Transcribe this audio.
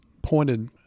pointed